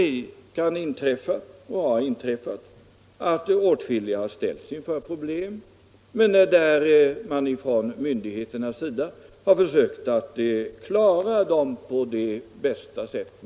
Det kan inträffa och det har inträffat att åtskilliga människor i detta sammanhang ställs inför problem, men myndigheterna har försökt lösa dem på bästa möjliga sätt.